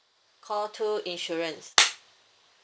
call two insurance